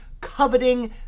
coveting